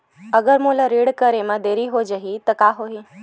अगर मोला ऋण करे म देरी हो जाहि त का होही?